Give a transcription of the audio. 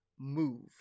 move